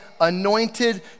anointed